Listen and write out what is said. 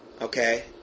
okay